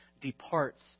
departs